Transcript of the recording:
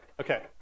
Okay